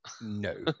No